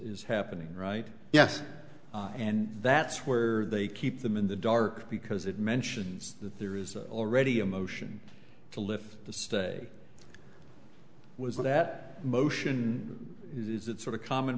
happening right yes and that's where they keep them in the dark because it mentions that there is already a motion to lift the stay was that motion is that sort of common